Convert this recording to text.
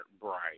bright